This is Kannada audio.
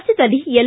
ರಾಜ್ಯದಲ್ಲಿ ಎಲ್